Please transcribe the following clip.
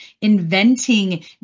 inventing